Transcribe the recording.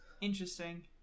interesting